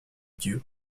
dieu